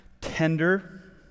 tender